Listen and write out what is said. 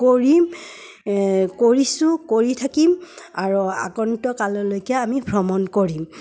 কৰিম কৰিছোঁ কৰি থাকিম আৰু আগন্তুক কাললৈকে আমি ভ্ৰমণ কৰিম